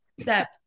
step